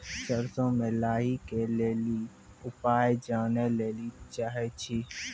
सरसों मे लाही के ली उपाय जाने लैली चाहे छी?